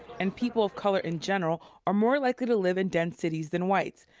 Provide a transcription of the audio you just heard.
and people of color in general are more likely to live in dense cities than whites.